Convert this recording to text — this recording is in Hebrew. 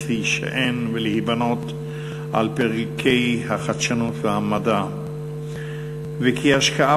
להישען ולהיבנות על ברכי החדשנות והמדע וכי ההשקעה